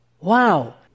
Wow